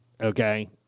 Okay